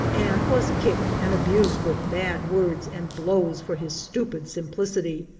and was kicked and abused with bad words and blows for his stupid simplicity.